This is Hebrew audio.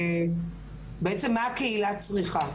בעצם מה הקהילה צריכה,